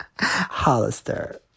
Hollister